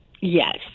Yes